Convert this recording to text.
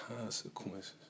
consequences